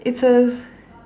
it's a